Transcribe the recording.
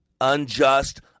unjust